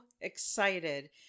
excited